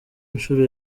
nshuro